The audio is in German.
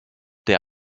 der